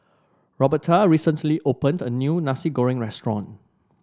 Roberta recently opened a new Nasi Goreng restaurant